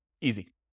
Easy